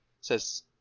says